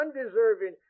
undeserving